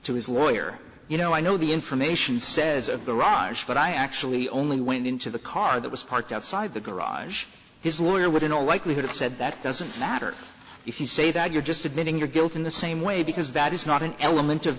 to his lawyer you know i know the information says a garage but i actually only went into the car that was parked outside the garage his lawyer would in all likelihood have said that doesn't matter if you say that you're just admitting your guilt in the same way because that is not an element of